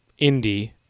indie